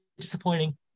disappointing